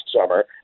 summer